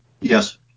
Yes